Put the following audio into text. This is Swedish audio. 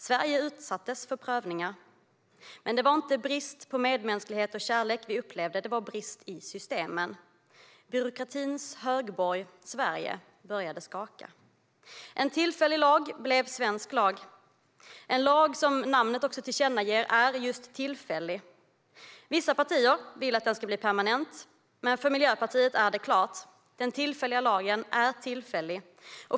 Sverige utsattes för prövningar, men det var inte brist på medmänsklighet och kärlek vi upplevde. Det var brist i systemen. Byråkratins högborg, Sverige, började skaka. En tillfällig lag blev svensk lag. Det är en lag som, vilket namnet också tillkännager, är just tillfällig. Vissa partier vill att den ska bli permanent, men för Miljöpartiet är det klart: Den tillfälliga lagen är tillfällig.